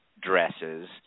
dresses